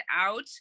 out